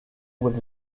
with